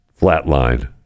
flatline